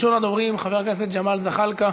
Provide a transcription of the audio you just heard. ראשון הדוברים, חבר הכנסת ג'מאל זחאלקה,